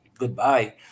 goodbye